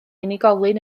unigolyn